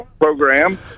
program